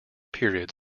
periods